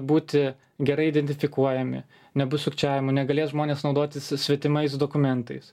būti gerai identifikuojami nebus sukčiavimų negalės žmonės naudotis svetimais dokumentais